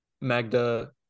Magda